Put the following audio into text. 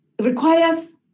requires